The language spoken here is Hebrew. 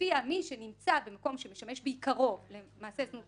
לפיה מי שנמצא במקום שמשמש בעיקרו למעשי זנות,